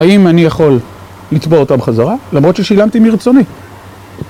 האם אני יכול לצבוע אותה בחזרה? למרות ששילמתי מרצוני.